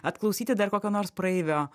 atklausyti dar kokio nors praeivio